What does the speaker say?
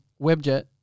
Webjet